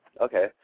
okay